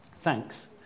Thanks